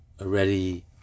Already